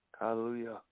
Hallelujah